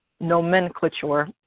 nomenclature